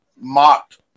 mocked